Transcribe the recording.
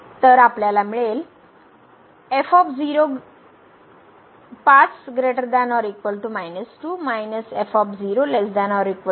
तर आपल्याला येथे